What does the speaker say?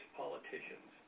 politicians